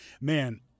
man